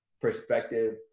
perspective